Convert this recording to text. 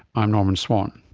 i'm norman swan.